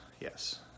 yes